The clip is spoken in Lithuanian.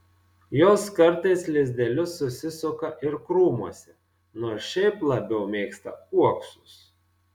jos kartais lizdelius susisuka ir krūmuose nors šiaip labiau mėgsta uoksus